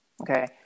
Okay